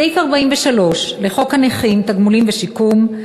(תיקון מס' 28). סעיף 43 לחוק הנכים (תגמולים ושיקום),